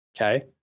Okay